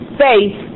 faith